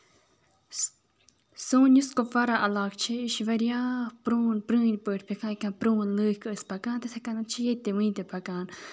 سون یُس کوپوارا علاقہٕ چھُ یہِ چھُ واریاہ پرون پرٲنی پٲٹھۍ تِتھٕے کَنۍ پرٲنۍ لوٗکھ ٲسۍ پَکان تِتھٕے کٔنۍ چھِ ییٚتہِ تہِ وٕنہِ تہِ پَکان